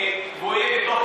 יחיא.